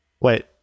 wait